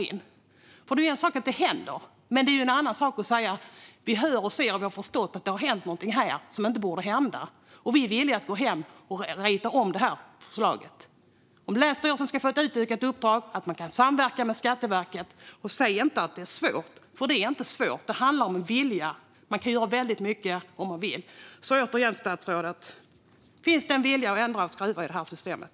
Det är en sak att något sådant händer, men det är en annan sak att säga: "Vi hör och ser och har förstått att någonting har hänt som inte borde ha hänt. Och vi är villiga att gå tillbaka och skriva om förslaget." Länsstyrelsen skulle kunna få ett utökat uppdrag så att de kan samverka med Skatteverket. Säg inte att det är svårt! Det är det inte. Det handlar om att vilja. Man kan göra väldigt mycket om man vill. Återigen, statsrådet: Finns det en vilja att ändra och skruva i systemet?